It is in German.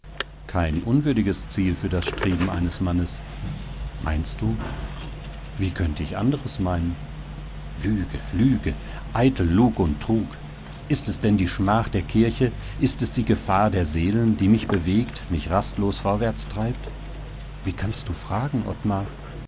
kein unwürdiges ziel für das streben eines mannes meinst du wie könnte ich anderes meinen lüge lüge eitel lug und trug ist es denn die schmach der kirche ist es die gefahr der seelen die mich bewegt mich rastlos vorwärts treibt wie kannst du fragen ottmar